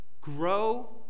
grow